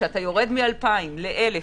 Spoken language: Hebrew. כשאתה יורד מאלפיים לאלף,